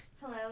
Hello